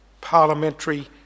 parliamentary